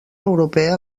europea